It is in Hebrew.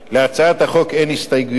להצעת החוק אין הסתייגויות,